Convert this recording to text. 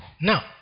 Now